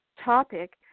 topic